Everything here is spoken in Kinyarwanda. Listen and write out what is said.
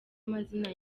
amazina